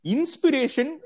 Inspiration